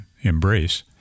embrace